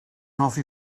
hoffi